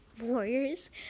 Warriors